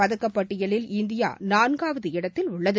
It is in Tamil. பதக்கப்பட்டியலில் இந்தியா நான்காவது இடத்தில் உள்ளது